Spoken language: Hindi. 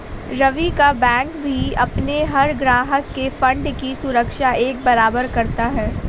रवि का बैंक भी अपने हर ग्राहक के फण्ड की सुरक्षा एक बराबर करता है